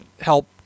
help